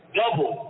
double